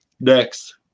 Next